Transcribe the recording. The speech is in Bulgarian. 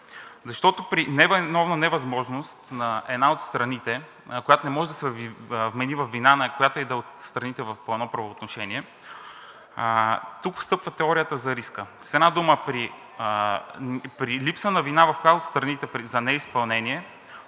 защото при невиновна невъзможност на една от страните, която не може да се вмени във вина, на която и да е от страните по едно правоотношение тук встъпва теорията за риска. С една дума при липса на вина, в която и да е от страните за неизпълнение,